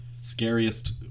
scariest